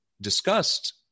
discussed